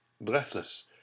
breathless